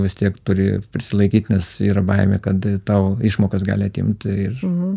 vis tiek turėjo prisilaikyt nes yra baimė kad tau išmokas gali atimt ir